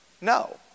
no